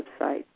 website